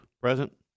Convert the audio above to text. Present